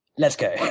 let's go.